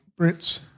Brits